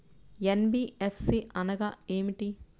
NBFC అనగా ఏమిటీ?